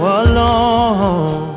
alone